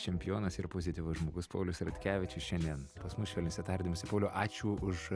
čempionas ir pozityvus žmogus paulius ratkevičius šiandien pas mus švelniuose tardymuose pauliau ačiū už